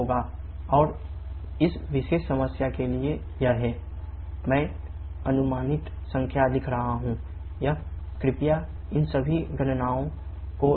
और इस विशेष समस्या के लिए यह है 𝑇2 4205 𝐾 मैं अनुमानित संख्याएँ लिख रहा हूँ आप कृपया इन सभी गणनाओं को स्वयं करें